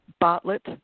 Bartlett